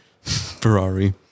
Ferrari